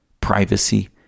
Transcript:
privacy